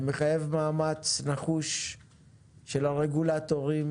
זה מחייב מאמץ נחוש של הרגולטורים